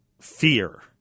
fear